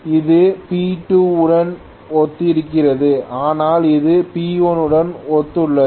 இது P2 உடன் ஒத்திருக்கிறது ஆனால் இது P1 உடன் ஒத்துள்ளது